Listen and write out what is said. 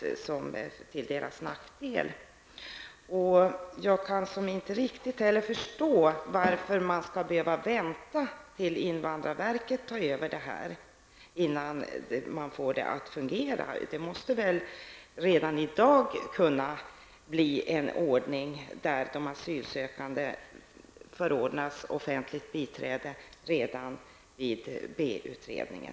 Tvärtom har det blivit till vederbörandes nackdel. Inte heller kan jag förstå att man skall behöva vänta tills invandrarverket tar över. Redan i dag måste vi väl ha en ordning som innebär att de asylsökande får ett offentligt biträde redan i B-utredningen.